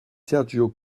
sergio